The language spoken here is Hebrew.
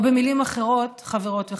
או, במילים אחרות, חברות וחברים: